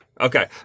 okay